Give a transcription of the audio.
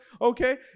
Okay